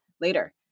later